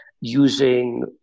using